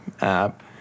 app